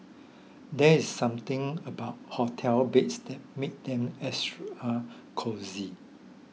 there is something about hotel beds that makes them extra cosy